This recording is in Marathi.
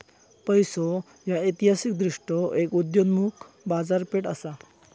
पैसो ह्या ऐतिहासिकदृष्ट्यो एक उदयोन्मुख बाजारपेठ असा